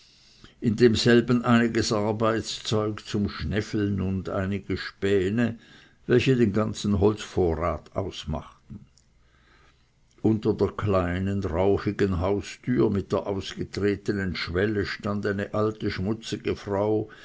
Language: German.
in demselben einiges arbeitszeug zum schnefeln und einige spähne welche den ganzen holzvorrat ausmachten unter der kleinen rauchigten haustüre mit der ausgetretenen schwelle stand eine alte schmutzige frau